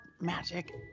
magic